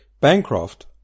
Bancroft